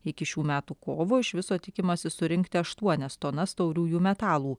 iki šių metų kovo iš viso tikimasi surinkti aštuonias tonas tauriųjų metalų